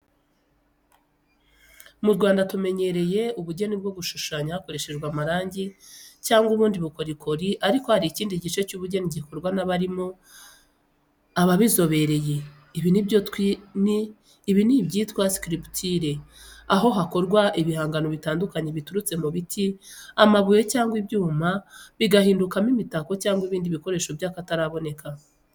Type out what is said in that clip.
Mu Rwanda tumenyereye ubugeni bwo gushushanya hakoreshejwe amarangi cyangwa ubundi bukorikori ariko hari ikindi gice cy’ubugeni gikorwa n’abarimo ababizobereye. Ibi ni ibyitwa ‘sculpture’ aho hakorwa ibihangano bitandukanye biturutse mu biti, amabuye cyangwa ibyuma bigahindukamo imitako cyangwa ibindi bikoresho by’akataraboneka.